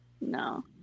No